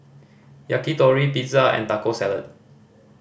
Yakitori Pizza and Taco Salad